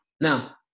now